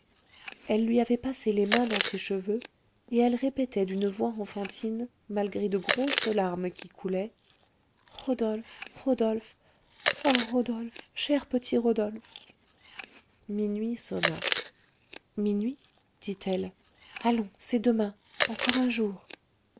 elle lui avait passé les mains dans ses cheveux et elle répétait d'une voix enfantine malgré de grosses larmes qui coulaient rodolphe rodolphe ah rodolphe cher petit rodolphe minuit sonna minuit dit-elle allons c'est demain encore un jour